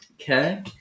Okay